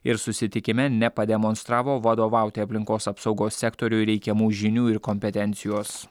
ir susitikime nepademonstravo vadovauti aplinkos apsaugos sektoriui reikiamų žinių ir kompetencijos